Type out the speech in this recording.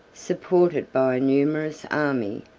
supported by a numerous army,